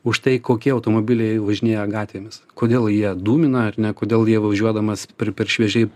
už tai kokie automobiliai važinėja gatvėmis kodėl jie dūmina ar ne kodėl jie važiuodamas per per šviežiai